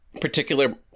particular